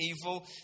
evil